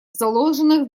заложенных